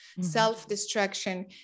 self-destruction